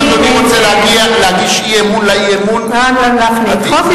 אם אדוני רוצה להגיש אי-אמון לאי-אמון, לא בתקנות.